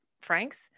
franks